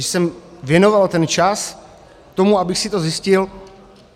Když jsem věnoval ten čas tomu, abych si to zjistil,